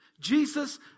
Jesus